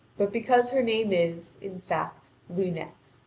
but because her name is, in fact, lunete.